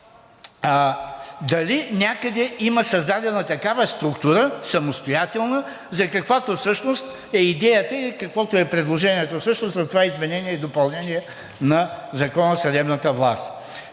дали някъде има създадена такава структура, самостоятелна, за каквато всъщност е идеята и каквото е предложението всъщност на това изменение и допълнение на Закона за съдебната власт?